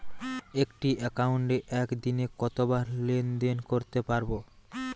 একটি একাউন্টে একদিনে কতবার লেনদেন করতে পারব?